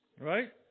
Right